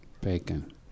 Bacon